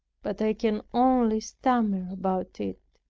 but i can only stammer about it.